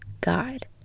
god